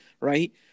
right